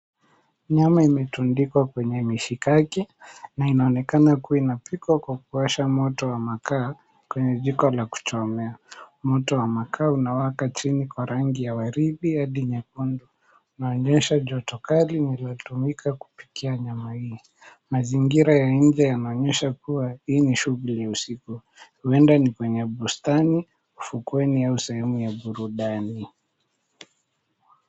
Nyama imetundikwa kwenye mishikaki na inaonekana kuwa inapikwa kwa kuwasha moto wa makaa kwenye jiko la kuchomea. Moto wa makaa unawaka chini kwa rangi ya waridi hadi nyekundu, unaonyesha joto kali linalotumika kupikia nyama hii. Mazingira ya nje yanaonyesha kuwa hii ni shughuli ya usiku. Huenda ni kwenye bustani, ufukweni au sehemu ya burudani.